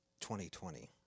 2020